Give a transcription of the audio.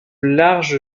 large